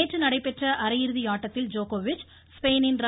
நேற்று நடைபெற்ற அரையிறுதி ஆட்டத்தில் ஜோகோவிச் ஸ்பெயினின் ர